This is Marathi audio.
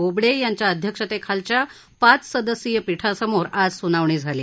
बोबडे यांच्या अध्यक्षतेखालच्या पाच सदस्यीय पीठासमोर आज स्नावणी झाली